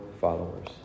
followers